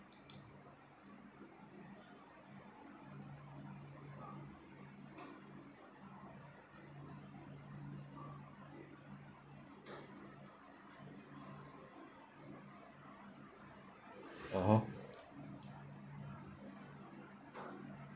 (uh huh)